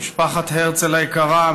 משפחת הרצל היקרה,